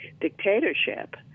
dictatorship